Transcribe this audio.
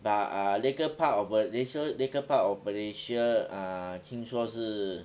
but err later part of malaysia later part of malaysia ah 听说是